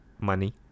money